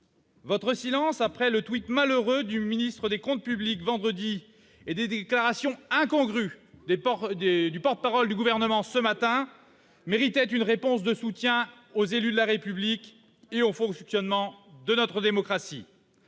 Votre silence après le tweet malheureux du ministre des comptes publics vendredi et des déclarations incongrues du porte-parole du Gouvernement ce matin, méritait une réponse de soutien aux élus de la République et au fonctionnement de notre démocratie.